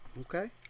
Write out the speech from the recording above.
Okay